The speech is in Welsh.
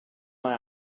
mai